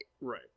Right